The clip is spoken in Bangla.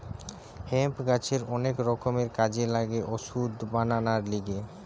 হেম্প গাছের অনেক রকমের কাজে লাগে ওষুধ বানাবার লিগে